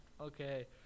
Okay